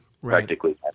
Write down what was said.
practically